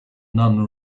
none